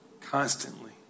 constantly